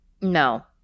No